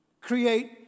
create